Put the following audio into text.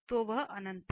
तो वहाँ अनंत है